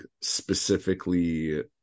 specifically